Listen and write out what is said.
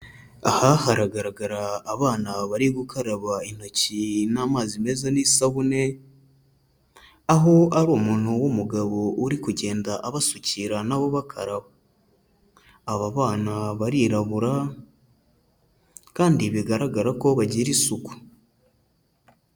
Aha haragaragara abana bari gukaraba intoki n'amazi meza n'isabune, aho ari umuntu w'umugabo uri kugenda abasukira na bo bakaraba. Aba bana barirabura kandi bigaragara ko bagira isuku.